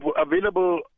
available